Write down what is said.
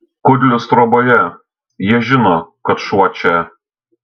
kudlius troboje jie žino kad šuo čia